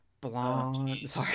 Blonde